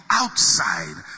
outside